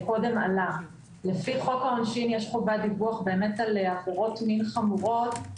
שלפי חוק העונשין יש חובת דיווח על עבירות מין חמורות,